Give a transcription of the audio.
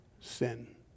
sin